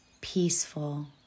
peaceful